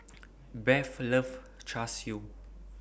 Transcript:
Beth loves Char Siu